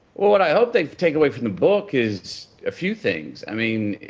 well, what i hope they take away from the book is a few things. i mean,